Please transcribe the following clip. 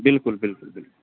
बिल्कुल बिल्कुल बिल्कुल